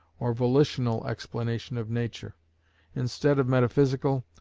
or volitional explanation of nature instead of metaphysical,